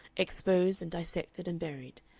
exposed and dissected and buried,